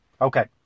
Okay